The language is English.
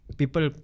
people